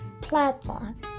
platform